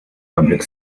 public